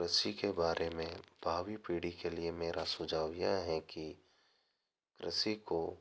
कृषि के बारे में भावी पीढ़ी के लिए मेरा सुक्षाव यह है कि कृषि को